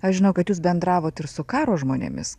aš žinau kad jūs bendravot ir su karo žmonėmis